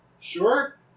Sure